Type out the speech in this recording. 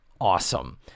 awesome